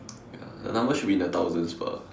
ya the number should be in the thousands bah